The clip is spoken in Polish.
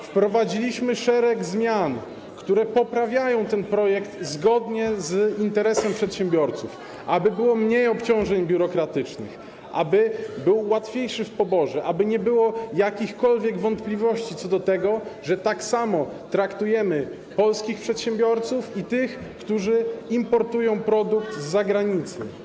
Wprowadziliśmy szereg zmian, które poprawiają ten projekt zgodnie z interesem przedsiębiorców, aby było mniej obciążeń biurokratycznych, aby był łatwiejszy w poborze, aby nie było jakichkolwiek wątpliwości co do tego, że tak samo traktujemy polskich przedsiębiorców i tych, którzy importują produkt z zagranicy.